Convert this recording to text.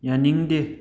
ꯌꯥꯅꯤꯡꯗꯦ